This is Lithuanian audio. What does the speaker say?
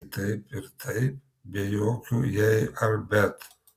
daryk taip ir taip be jokių jei ar bet